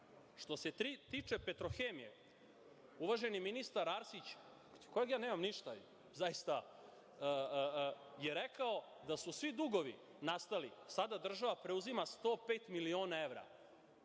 se tiče „Petrohemije“, uvaženi ministar Arsić, protiv kojeg ja nemam ništa zaista, rekao je da su svi dugovi nastali, a sada država preuzima 105 miliona evra